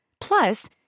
Plus